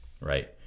right